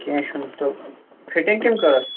کیٚنٛہہ چھُنہٕ تہٕ فِٹِنگ کٔمۍ کٔرٕس